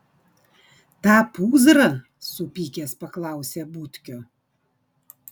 tą pūzrą supykęs paklausė butkio